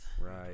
Right